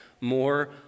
more